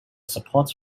support